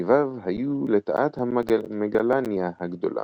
אויביו היו לטאת המגלניה הגדולה,